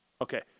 Okay